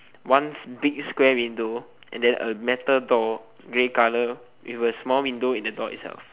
one big square window and then a metal door gray colour with a small window in the door itself